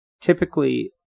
typically